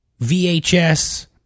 vhs